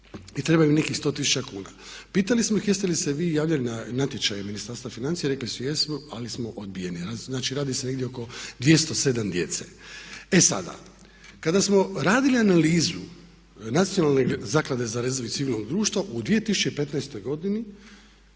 i treba im nekih 100 tisuća kuna. Pitali smo ih jeste li se vi javljali na natječaje Ministarstva financija, rekli su jesmo ali smo odbijeni. Znači radi se negdje oko 207 djece. E sada, kada smo radili analizu Nacionalne zaklade za razvoj civilnog društva u 2015.godini